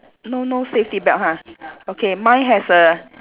n~ no no safety belt ha okay mine has a